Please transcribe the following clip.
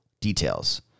details